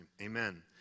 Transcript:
Amen